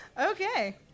okay